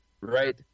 right